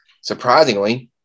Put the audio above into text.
surprisingly